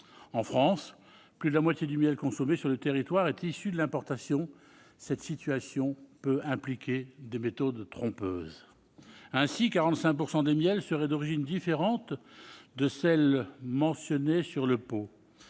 En France, plus de la moitié du miel consommé sur le territoire est issu de l'importation. Cette situation peut impliquer des méthodes trompeuses. Ainsi, quelque 45 % des miels seraient d'une origine différente de celle mentionnée sur le pot,